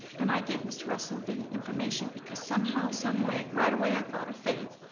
and i gave mr. russell the information because somehow, someway, right away i thought of faith.